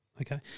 Okay